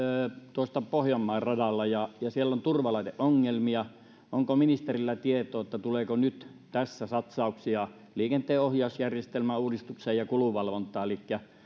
pohjanmaan radalla ja siellä on turvalaiteongelmia onko ministerillä tietoa tuleeko nyt tässä satsauksia liikenteenohjausjärjestelmän uudistukseen ja kulunvalvontaan